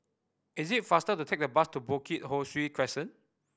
it is faster to take the bus to Bukit Ho Swee Crescent